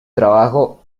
trabajo